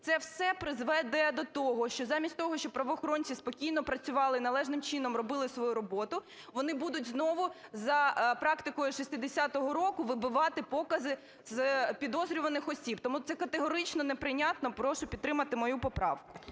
Це все призведе до того, що замість того, щоб правоохоронці спокійно працювали, належним чином робили свою роботу, вони будуть знову за практикою 60-го року вибивати покази з підозрюваних осіб. Тому це категорично неприйнятно. Прошу підтримати мою поправку.